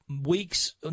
weeks